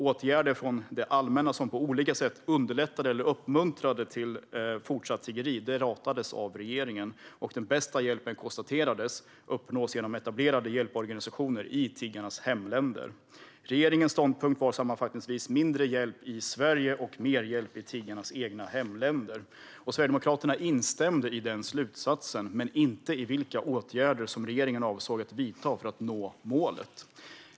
Åtgärder från det allmänna som på olika sätt underlättade eller uppmuntrade till fortsatt tiggeri ratades, och det konstaterades att den bästa hjälpen uppnåddes genom etablerade hjälporganisationer i tiggarnas hemländer. Regeringens ståndpunkt var sammanfattningsvis mindre hjälp i Sverige och mer hjälp i tiggarnas hemländer. Sverigedemokraterna instämde i slutsatsen men inte i vilka åtgärder som regeringen avsåg att vidta för att nå målet.